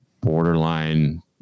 borderline